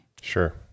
Sure